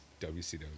WCW